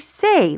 say